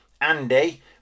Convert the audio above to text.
Andy